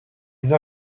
une